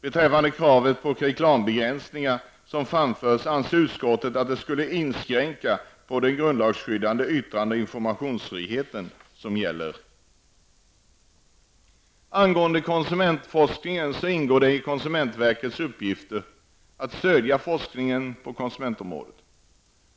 Beträffande kravet på reklambegränsningar som framförts, anser utskottet att det skulle inskränka på den grundlagsskyddade yttrande och informationsfrihet som gäller. Angående konsumentforskning ingår det i konsumentverkets uppgifter att stödja forskningen på konsumentområdet.